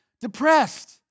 depressed